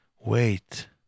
Wait